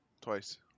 Twice